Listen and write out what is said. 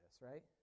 right